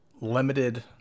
limited